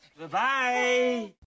Bye-bye